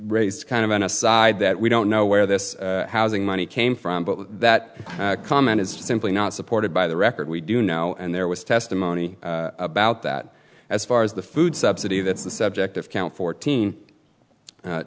raised kind of an aside that we don't know where this housing money came from but that comment is simply not supported by the record we do know and there was testimony about that as far as the food subsidy that's the subject of count fourteen